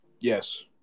Yes